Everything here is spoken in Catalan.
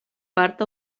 part